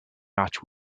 match